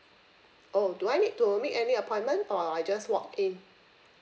oh do I need to make any appointment or I I just walk in